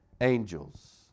angels